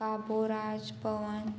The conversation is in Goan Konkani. काबू राज पवन